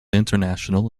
international